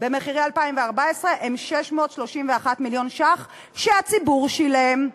במחירי 2014 הוא 631 מיליון ש"ח, שהציבור שילם.